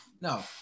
no